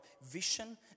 vision